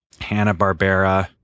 Hanna-Barbera